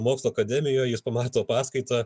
mokslų akademijoj jis pamato paskaitą